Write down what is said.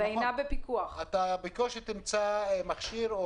אתה בקושי תמצא מכשיר.